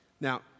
Now